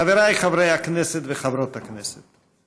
חבריי חברי הכנסת וחברות הכנסת,